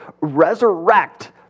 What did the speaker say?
resurrect